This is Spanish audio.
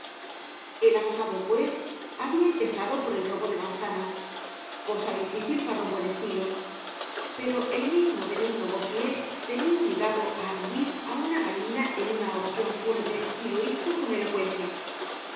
el abogado pues habia empezado por el robo de manzanas cosa difícil para un buen estilo pero el mismo benigno bossuet se vió obligado á aludir á una gallina en una oracion fúnebre y lo hizo con elocuencia